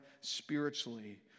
spiritually